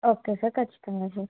okay sir ఖచ్చితంగా sir